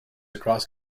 across